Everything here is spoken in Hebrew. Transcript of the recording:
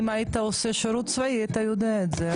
אם היית עושה שירות צבאי היית יודע את זה,